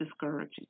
discouraging